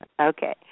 Okay